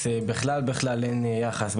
אז בכלל בכלל אין יחס.